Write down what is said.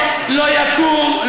לא יקום,